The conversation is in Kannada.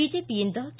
ಬಿಜೆಪಿಯಿಂದ ಕೆ